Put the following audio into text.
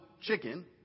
chicken